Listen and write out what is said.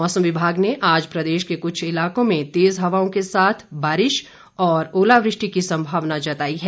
मौसम विभाग ने आज प्रदेश के क्छ इलाकों में तेज हवाओं के साथ बारिश व ओलावृष्टि की संभावना जताई है